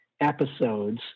episodes